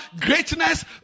greatness